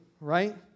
right